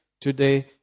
today